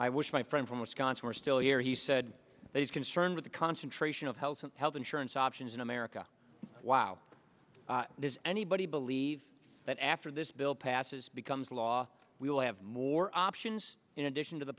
i wish my friend from wisconsin are still here he said he's concerned with the concentration of health and health insurance options in america wow does anybody believe that after this bill passes becomes law we will have more options in addition to the